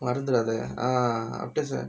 மறந்துடாதே:maranthudaathae uh after